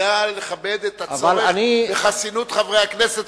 יודע לכבד את הצורך בחסינות חברי הכנסת,